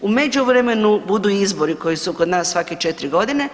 U međuvremenu budu izbori koji su kod nas svake 4 godine.